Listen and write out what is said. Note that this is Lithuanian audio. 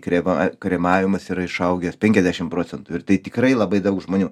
krėva a kremavimas yra išaugęs penkiasdešimt procentų ir tai tikrai labai daug žmonių